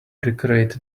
decorate